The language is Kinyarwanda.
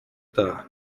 utaha